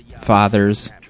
Fathers